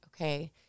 okay